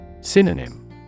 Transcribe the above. Synonym